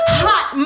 hot